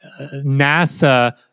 NASA